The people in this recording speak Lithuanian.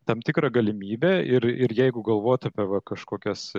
tam tikrą galimybę ir ir jeigu galvot apie va kažkokias